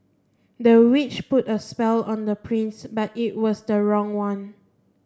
the witch put a spell on the prince but it was the wrong one